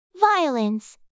violence